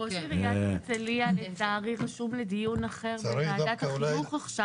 ראש עיריית הרצליה לצערי רשום לדיון אחר בוועדת החינוך עכשיו.